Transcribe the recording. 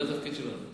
זה התפקיד שלנו.